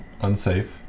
unsafe